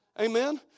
Amen